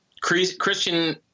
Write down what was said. Christian